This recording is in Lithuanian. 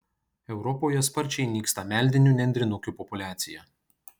europoje sparčiai nyksta meldinių nendrinukių populiacija